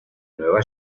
nueva